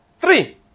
Three